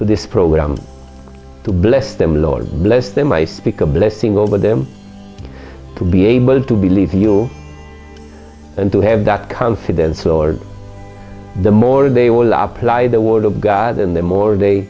to this program to bless them lord bless them i speak a blessing over them to be able to believe you and to have the confidence or the more they will apply the word of god and the more they